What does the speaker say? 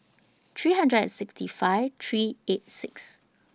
three hundred and sixty five three eight six